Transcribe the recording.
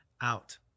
out